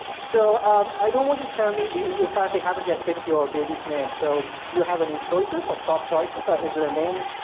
so um i don't want you to tell me you you apparently haven't yet picked your baby's name. so do you have any choices, of top choices? or is there a name,